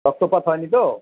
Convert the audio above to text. রক্তপাত হয়নি তো